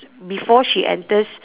before she enters